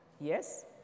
Yes